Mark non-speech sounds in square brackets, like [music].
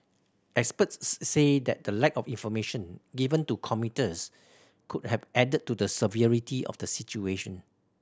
experts [unintelligible] say that the lack of information given to commuters could have added to the severity of the situation